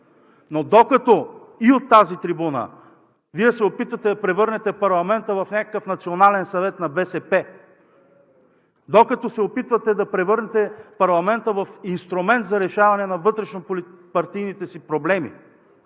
Но докато и от тази трибуна Вие се опитвате да превърнете парламента в някакъв национален съвет на БСП, докато се опитвате да превърнете парламента в инструмент за решаване на вътрешнопартийните си проблеми,